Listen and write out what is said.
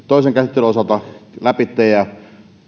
toisen käsittelyn osalta läpi